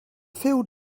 field